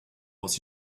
was